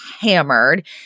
hammered